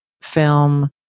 film